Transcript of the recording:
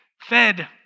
fed